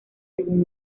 según